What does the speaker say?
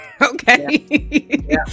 okay